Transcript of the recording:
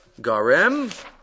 Garem